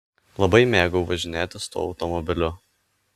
labai mėgau važinėtis tuo automobiliu